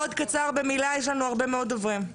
אני